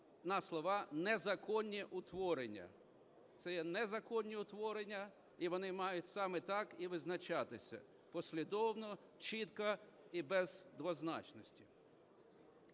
на слова "незаконні утворення". Це є незаконні утворення, і вони мають саме так і визначатися: послідовно, чітко і без двозначності.